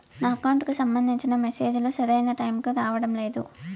నా అకౌంట్ కు సంబంధించిన మెసేజ్ లు సరైన టైము కి రావడం లేదు